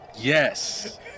Yes